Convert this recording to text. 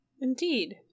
Indeed